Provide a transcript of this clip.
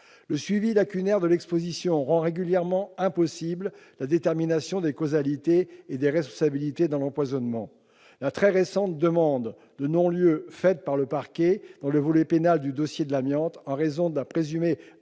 Le suivi lacunaire de l'exposition rend régulièrement impossible la détermination des causalités et des responsabilités dans l'empoisonnement. La très récente demande de non-lieu formulée par le parquet dans le volet pénal du dossier de l'amiante, en raison de la présumée